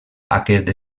aquest